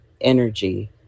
energy